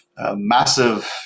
massive